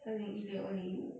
二零一六二零一五